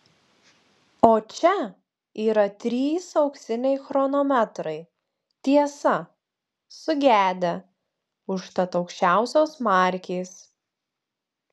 o čia yra trys auksiniai chronometrai tiesa sugedę užtat aukščiausios markės